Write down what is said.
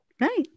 Right